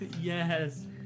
Yes